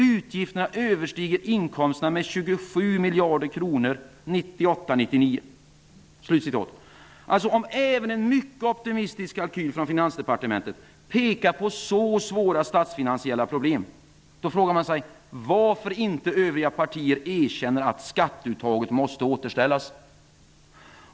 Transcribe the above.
Utgifterna överstiger inkomsterna med 27 miljarder kronor Om även en mycket optimistisk kalkyl från Finansdepartementet pekar på så svåra statsfinansiella problem, frågar man sig varför inte övriga partier erkänner att skatteuttaget måste återställas.